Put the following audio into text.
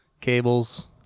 Cables